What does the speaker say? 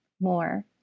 more